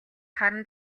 харан